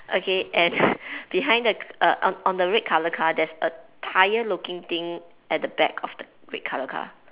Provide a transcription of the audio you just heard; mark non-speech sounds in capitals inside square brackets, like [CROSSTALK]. okay and [LAUGHS] behind the uh on on the red colour car there's a tyre looking thing at the back of the red colour car